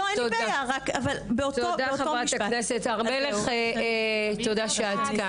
תודה, חה"כ הר מלך, שאת כאן.